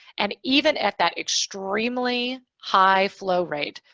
and even at that extremely high flow rate,